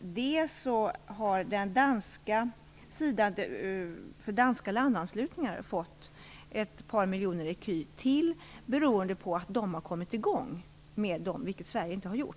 budgeten har den danska sidan fått ett par miljoner ecu ytterligare för landanslutningar beroende på att de har kommit i gång med dem, vilket Sverige inte har gjort.